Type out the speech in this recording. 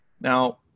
Now